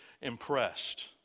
impressed